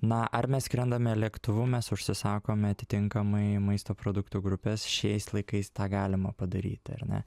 na ar mes skrendame lėktuvu mes užsisakome atitinkamai maisto produktų grupes šiais laikais tą galima padaryti ar ne